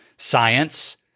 science